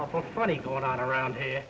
awful funny going on around here